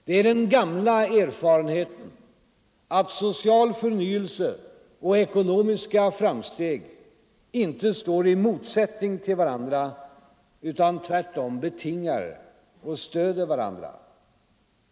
Det är den gamla erfarenheten att social förnyelse och ekonomiska framsteg inte står i motsättning till varandra, utan tvärtom betingar och stödjer varandra.